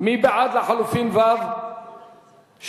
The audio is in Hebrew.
מי בעד לחלופין ה', רבותי, הסתייגות?